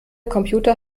computer